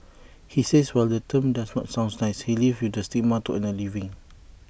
he says while the term does not sound nice he lives with the stigma to earn A living